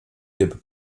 der